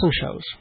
shows